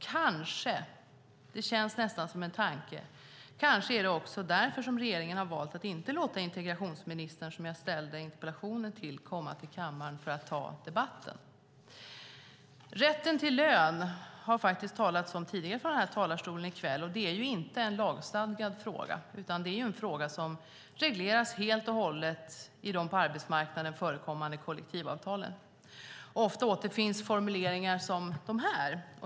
Kanske är det också därför - det känns nästan som en tanke - som regeringen valt att inte låta integrationsministern, som jag ställde interpellationen till, komma till kammaren för att ta debatten. Det har tidigare i kväll från denna talarstol talats om rätten till lön. Det är inte en lagstadgad fråga utan en fråga som regleras helt och hållet i de på arbetsmarknaden förekommande kollektivavtalen. Ofta återfinns formuleringar som dessa.